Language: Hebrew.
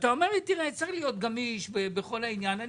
ואתה אומר לי שצריך להיות גמיש בכל העניין,